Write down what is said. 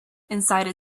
inside